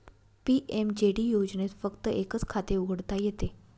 PMJD योजनेत फक्त एकच खाते उघडता येते